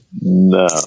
No